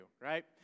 right